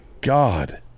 god